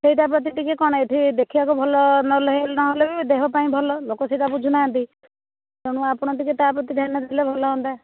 ସେଇଟା ପ୍ରତି ଟିକିଏ କ'ଣ ଏଠି ଦେଖିବାକୁ ଭଲ ନହେଲେ ନହେଲେ ବି ଦେହପାଇଁ ଭଲ ଲୋକ ସେଇଟା ବୁଝୁ ନାହାନ୍ତି ତେଣୁ ଆପଣ ଟିକିଏ ତା ପ୍ରତି ଧ୍ୟାନ ଦେଲେ ଭଲ ହୁଅନ୍ତା